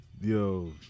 Yo